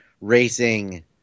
racing